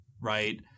right